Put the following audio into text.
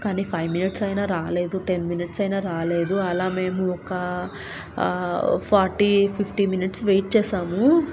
కానీ five minutes అయినా రాలేదు టెన్ మినిట్స్ అయినా రాలేదు అలా మేము ఒక ఫార్టీ ఫిఫ్టీ మినిట్స్ వెయిట్ చేసాము